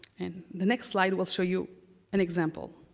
and the next slide will show you an example